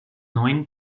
neun